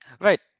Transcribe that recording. Right